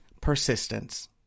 persistence